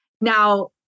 Now